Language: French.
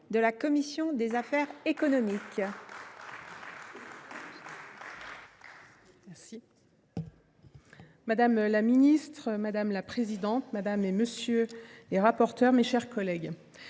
la commission des affaires économiques